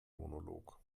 monolog